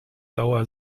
dauer